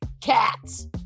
cats